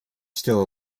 still